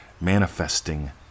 Manifesting